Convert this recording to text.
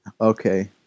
Okay